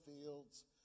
fields